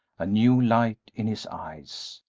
a new light in his eyes.